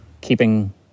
keeping